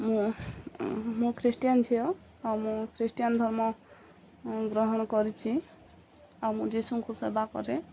ମୁଁ ମୁଁ ଖ୍ରୀଷ୍ଟିୟାନ ଝିଅ ଆଉ ମୁଁ ଖ୍ରୀଷ୍ଟିୟନ ଧର୍ମ ଗ୍ରହଣ କରିଛି ଆଉ ମୁଁ ଯୀଶୁଙ୍କୁ ସେବା କରେ